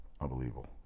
Unbelievable